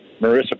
Marissa